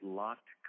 locked